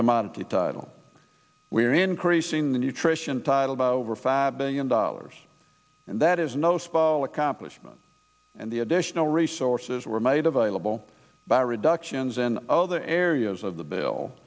commodity title we are increasing the nutrition title bout over fab billion dollars and that is no spall accomplishment and the additional resources were made available by reductions in other areas of the bill